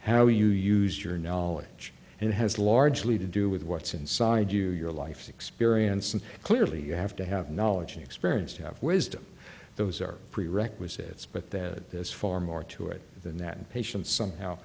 how you use your knowledge and it has largely to do with what's inside you your life experience and clearly you have to have knowledge and experience you have wisdom those are prerequisites but that is far more to it than that patient somehow